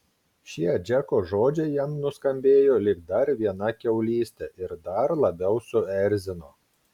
šie džeko žodžiai jam nuskambėjo lyg dar viena kiaulystė ir dar labiau suerzino